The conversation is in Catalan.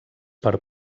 per